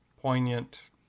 poignant